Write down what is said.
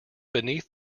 beneath